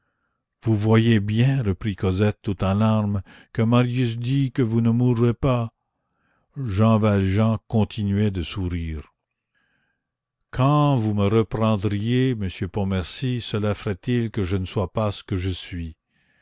vous voyez bien reprit cosette tout en larmes que marius dit que vous ne mourrez pas jean valjean continuait de sourire quand vous me reprendriez monsieur pontmercy cela ferait-il que je ne sois pas ce que je suis